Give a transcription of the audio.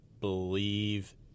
believe